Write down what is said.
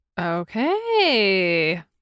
Okay